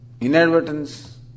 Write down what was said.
inadvertence